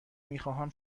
میخواهم